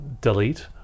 delete